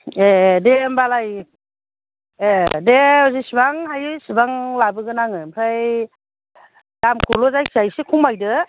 ए दे होमबालाय ए दे जेसेबां हायो एसेबां लाबोगोन आङो ओमफाय दामखौल' जायखिया एसे खमायदो